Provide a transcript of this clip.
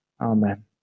Amen